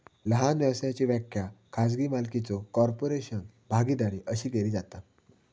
लहान व्यवसायाची व्याख्या खाजगी मालकीचो कॉर्पोरेशन, भागीदारी अशी केली जाता